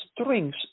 strings